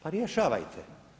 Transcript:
Pa rješavajte.